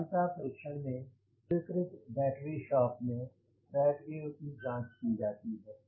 क्षमता परीक्षण में स्वीकृत बैटरी शॉप में बैटरियों की जांच की जाती है